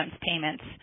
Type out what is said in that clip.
payments